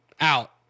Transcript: out